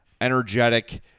energetic